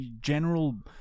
general